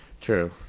true